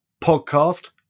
podcast